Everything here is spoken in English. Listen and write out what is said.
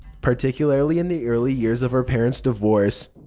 particularly in the early years of our parents' divorce.